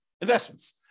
investments